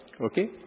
Okay